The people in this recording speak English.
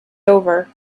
over